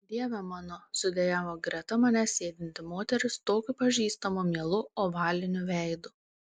dieve mano sudejavo greta manęs sėdinti moteris tokiu pažįstamu mielu ovaliniu veidu